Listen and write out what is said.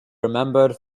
remembered